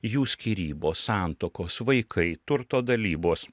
jų skyrybos santuokos vaikai turto dalybos